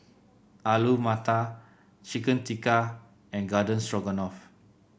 Alu Matar Chicken Tikka and Garden Stroganoff